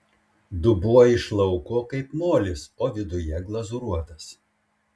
dubuo iš lauko kaip molis o viduje glazūruotas